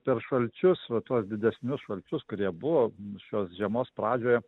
per šalčius va tuos didesnius šalčius kurie buvo šios žiemos pradžioje